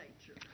nature